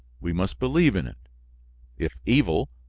we must believe in it if evil,